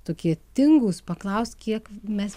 tokie tingūs paklaust kiek mes